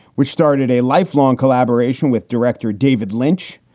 which started a lifelong collaboration with director david lynch.